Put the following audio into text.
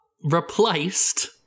replaced